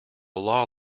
law